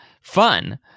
fun